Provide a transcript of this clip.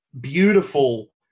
beautiful